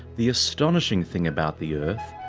the astonishing thing about the earth,